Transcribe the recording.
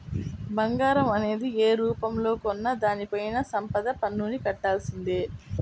బంగారం అనేది యే రూపంలో కొన్నా దానిపైన సంపద పన్నుని కట్టాల్సిందే